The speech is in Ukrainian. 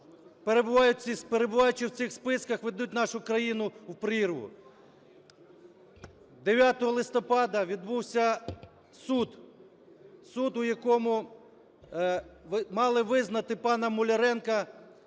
перебуваючи в цих списках, ведуть нашу країну в прірву? 9 листопада відбувся суд, суд, в якому мали визнати пана Муляренка